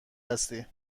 هستی